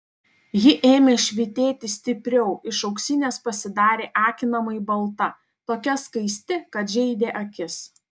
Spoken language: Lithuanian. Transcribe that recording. ji ėmė švytėti stipriau iš auksinės pasidarė akinamai balta tokia skaisti kad žeidė akis